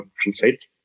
translate